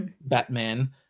Batman